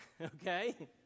okay